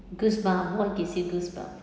goose bump what gives you goose bump